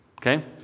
okay